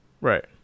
Right